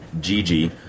Gigi